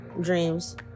dreams